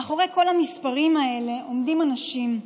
מאחורי כל המספרים האלה עומדים אנשים,